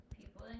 People